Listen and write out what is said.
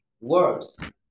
words